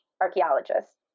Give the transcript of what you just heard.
archaeologists